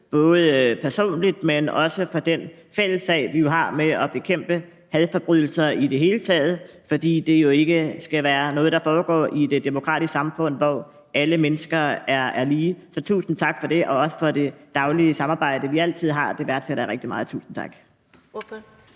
alene personligt, men også for den fælles sag, vi har med at bekæmpe hadforbrydelser i det hele taget, for det skal ikke være noget, der foregår i et demokratisk samfund, hvor alle mennesker er lige. Så tusind tak for det og for det daglige samarbejde, vi altid har. Det værdsætter jeg rigtig meget, så tusind tak